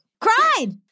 Cried